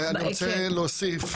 אני רוצה להוסיף.